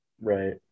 Right